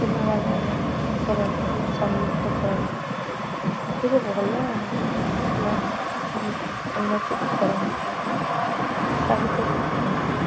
ପିଲାମାନେ ନୃତ୍ୟ କରନ୍ତି ସଙ୍ଗୀତ କରନ୍ତି ସେଥିରେ ଭଲ ଉନ୍ନତି ବି କରନ୍ତି ଉତ୍ସାହିତ ବି କରନ୍ତି